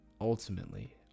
ultimately